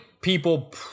people